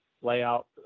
layout